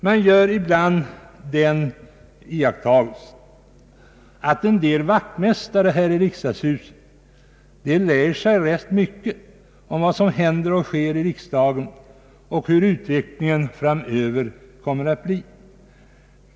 Man gör ibland den iakttagelsen, att en del vaktmästare här i riksdagshuset lär sig rätt mycket om vad som händer och sker i riksdagen och om hur utvecklingen framöver kommer att bli.